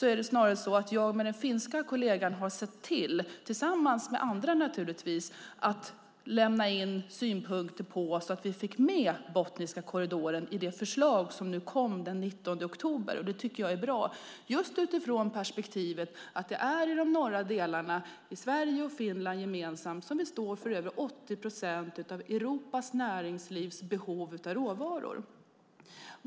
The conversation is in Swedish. Det är snarare så att jag tillsammans med min finska kollega och naturligtvis även andra har sett till att lämna in synpunkter så att vi fick med Botniska korridoren i det förslag som kom den 19 oktober. Det tycker jag är bra just utifrån perspektivet att det är de norra delarna i Sverige och Finland gemensamt som står för över 80 procent av Europas näringslivs behov av råvaror.